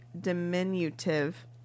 diminutive